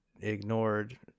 ignored